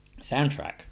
Soundtrack